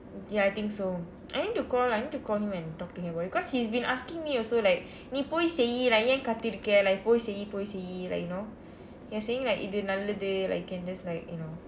ya I think so I need to call I need to call him and talk to him because he's been asking me also like நீ போய் செய்யு:nii pooy seyyu like ஏன் காத்து கொண்டிருக்கிற:een kaaththu kondirukkira like போய் செய்யு போய் செய்யு:pooy seyyu pooy seyyu like you know you're saying like இது நல்லது:ithu nallathu like you can just like you know